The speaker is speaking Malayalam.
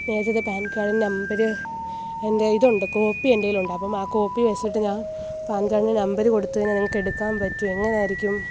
നേരത്തത്തെ പാൻ കാർഡിൻ്റെ നമ്പർ എൻ്റെ ഇതുണ്ട് കോപ്പി എൻ്റെ കയ്യിലുണ്ട് അപ്പം ആ കോപ്പി വെച്ചിട്ട് ഞാൻ പാൻ കാർഡിൻ്റെ നമ്പർ കൊടുത്തുകഴിഞ്ഞാൽ നിങ്ങൾക്ക് എടുക്കാൻ പറ്റുമോ എങ്ങനെയായിരിക്കും